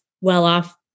well-off